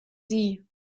sie